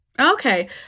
Okay